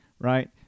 right